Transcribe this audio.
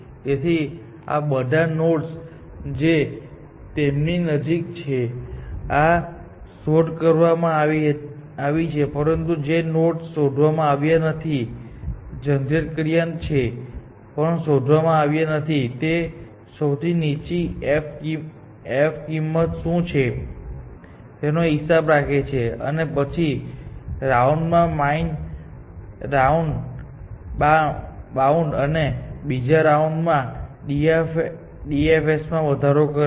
તેથી આ બધા નોડ્સ જે તેની નજીક છે આ ની શોધ કરવામાં આવી છે પરંતુ જે નોડ્સ શોધવામાં આવ્યા નથી જનરેટ કર્યા છે પણ શોધવામાં આવ્યા નથી તે સૌથી નીચી f કિંમત શું છે તેનો હિસાબ રાખે છે અને પછીના રાઉન્ડમાં બાઉન્ડ અને બીજા રાઉન્ડમાં DFS માં વધારો કરે છે